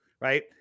Right